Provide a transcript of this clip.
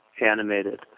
animated